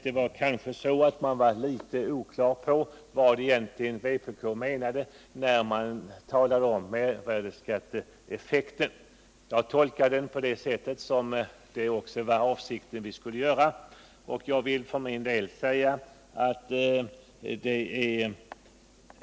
Det var kanske litet oklart vad vpk egentligen menade när de talade om mervärdeskatteeffekten. Jag tolkar den så som avsikten var att vi skulle göra.